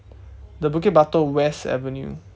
the bukit-batok west avenue